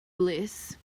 bliss